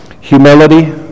Humility